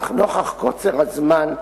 אך נוכח קוצר הזמן,